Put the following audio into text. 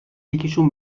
یکیشون